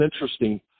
interesting